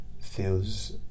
feels